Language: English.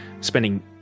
spending